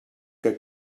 que